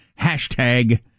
Hashtag